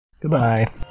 Goodbye